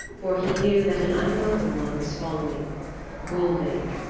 for he knew that an unwelcome one was following gulveig,